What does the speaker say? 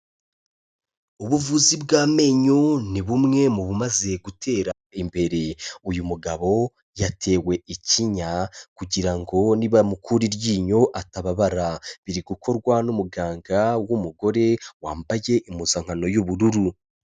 Ubuvuzi bw'amenyo ni bumwe mu bumaze gutera imbere, uyu mugabo yatewe ikinya kugira ngo nibamukura iryinyo atababara, biri gukorwa n'umuganga w'umugore wambaye impuzankano y'ubururu.